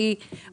באיזה שהוא שלב,